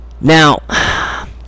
Now